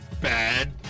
Bad